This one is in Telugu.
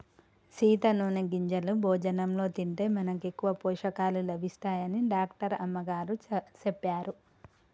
సీత నూనె గింజలు భోజనంలో తింటే మనకి ఎక్కువ పోషకాలు లభిస్తాయని డాక్టర్ అమ్మగారు సెప్పారు